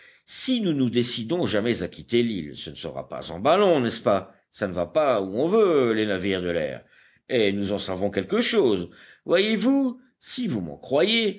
si nous nous décidons jamais à quitter l'île ce ne sera pas en ballon n'est-ce pas ça ne va pas où on veut les navires de l'air et nous en savons quelque chose voyez-vous si vous m'en croyez